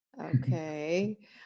Okay